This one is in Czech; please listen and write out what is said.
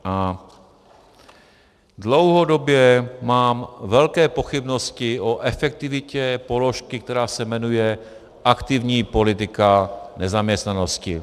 A dlouhodobě mám velké pochybnosti o efektivitě položky, která se jmenuje aktivní politika nezaměstnanosti.